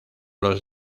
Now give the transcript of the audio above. los